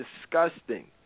disgusting